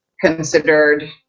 considered